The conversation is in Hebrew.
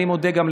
אני מודה גם,